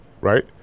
right